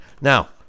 Now